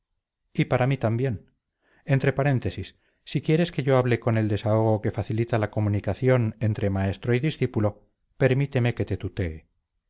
y para mí también entre paréntesis si quieres que yo hable con el desahogo que facilita la comunicación entre maestro y discípulo permíteme que te tutee